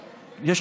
יש.